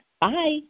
Bye